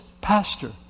Pastor